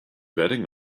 betting